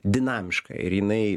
dinamiška ir jinai